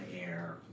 air